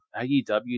AEW